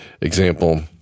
example